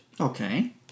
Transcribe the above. Okay